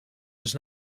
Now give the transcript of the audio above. was